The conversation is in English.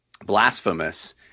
blasphemous